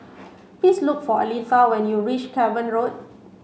please look for Aletha when you reach Cavan Road